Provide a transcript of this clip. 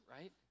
right